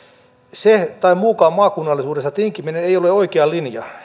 se tai muukaan maakunnallisuudesta tinkiminen ei ole oikea linja